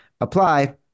apply